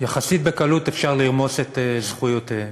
יחסית בקלות אפשר לרמוס את זכויותיהם.